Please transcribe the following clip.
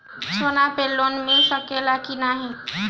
सोना पे लोन मिल सकेला की नाहीं?